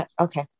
Okay